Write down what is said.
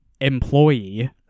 employee